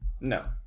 No